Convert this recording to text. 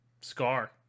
scar